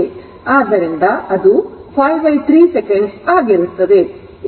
ಆದ್ದರಿಂದ ಅದು 53 ಸೆಕೆಂಡ್ ಆಗುತ್ತದೆ